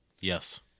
Yes